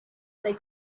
they